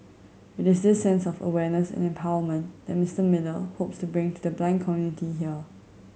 it is this sense of awareness and empowerment that Mister Miller hopes to bring to the blind community here